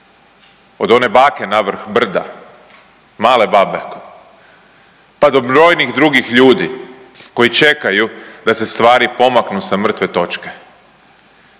od one bake na vrh brda, male babe, pa do brojnih drugih ljudi koji čekaju da se stvari pomaknu sa mrtve točke